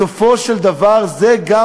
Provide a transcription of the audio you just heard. בסופו של דבר זה גם,